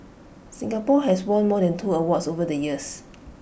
Singapore has won more than two awards over the years